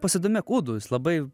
pasidomėk udu jis labai